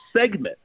segment